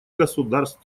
государств